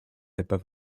above